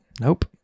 Nope